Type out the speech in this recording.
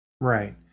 Right